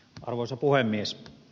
arvoisa puhemies